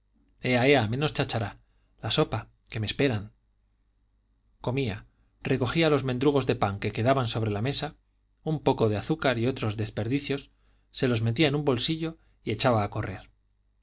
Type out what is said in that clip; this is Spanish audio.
ea menos cháchara la sopa que me esperan comía recogía los mendrugos de pan que quedaban sobre la mesa un poco de azúcar y otros desperdicios se los metía en un bolsillo y echaba a correr